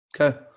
Okay